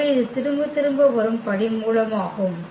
எனவே இது திரும்ப திரும்ப வரும் படிமூலமாகும்